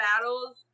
battles